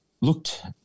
looked –